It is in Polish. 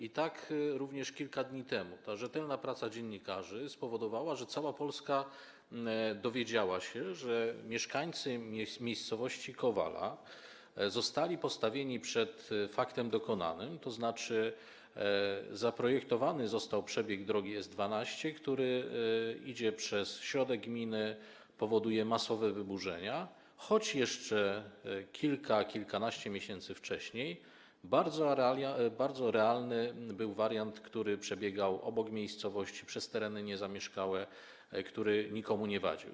I tak kilka dni temu również ta rzetelna praca dziennikarzy spowodowała, że cała Polska dowiedziała się, że mieszkańcy miejscowości Kowala zostali postawieni przed faktem dokonanym, tzn. zaprojektowany został przebieg drogi S12, która idzie przez środek gminy, powoduje masowe wyburzenia, choć jeszcze kilka, kilkanaście miesięcy wcześniej bardzo realny był wariant, że przebiegała obok miejscowości, przez tereny niezamieszkałe, który nikomu nie wadził.